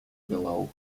below